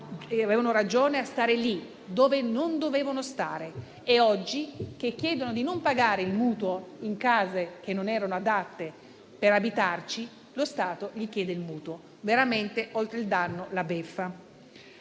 avevano ragione a stare lì, dove non dovevano stare, e oggi che chiedono di non pagare il mutuo per case che non erano adatte per abitarci, lo Stato non li sostiene; oltre il danno la beffa.